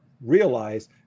realize